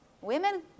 Women